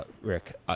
Rick